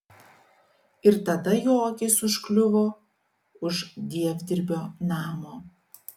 ir tada jo akis užkliuvo už dievdirbio namo